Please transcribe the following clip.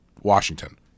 Washington